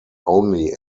only